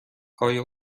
آیا